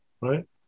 right